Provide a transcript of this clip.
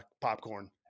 popcorn